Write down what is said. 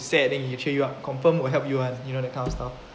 sad and then it will cheer you up confirm will help you [one] you know that kind of stuff